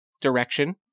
Direction